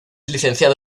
licenciado